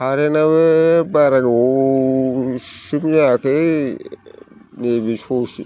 खारेन्टाबो बारा गोबावसिम जायाखै नैबे ससे